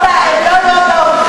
אדוני היושב-ראש, הם לא לא באו,